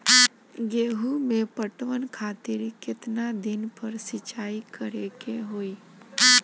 गेहूं में पटवन खातिर केतना दिन पर सिंचाई करें के होई?